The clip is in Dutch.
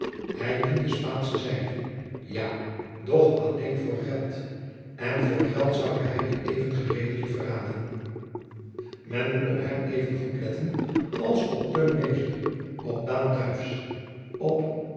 hij dient de spaansche zijde ja doch alleen voor geld en voor geld zoude hij die even gereedelijk verraden men moet op hem even goed letten als op teun wezer op